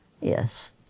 yes